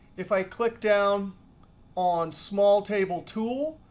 if i click down on small table tool,